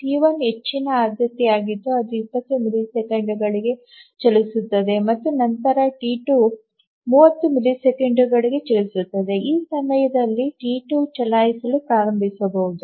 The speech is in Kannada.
ಟಿ1 ಹೆಚ್ಚಿನ ಆದ್ಯತೆಯಾಗಿದ್ದು ಅದು 20 ಮಿಲಿಸೆಕೆಂಡುಗಳಿಗೆ ಚಲಿಸುತ್ತದೆ ಮತ್ತು ನಂತರ ಟಿ2 30 ಮಿಲಿಸೆಕೆಂಡುಗಳಿಗೆ ಚಲಿಸುತ್ತದೆ ಮತ್ತು ಈ ಸಮಯದಲ್ಲಿ ಟಿ3 ಚಲಾಯಿಸಲು ಪ್ರಾರಂಭಿಸಬಹುದು